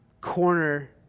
corner